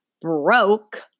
broke